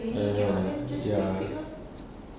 ya ya ya